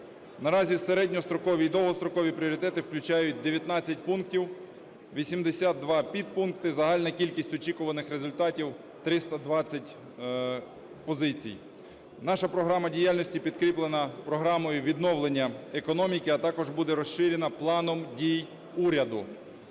Наразі середньострокові і довгострокові пріоритети включать 19 пунктів, 82 підпункти, загальна кількість очікуваних результатів – 320 позицій. Наша програма діяльності підкріплена програмою відновлення економіки, а також буде розширена планом дій уряду,